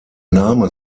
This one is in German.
name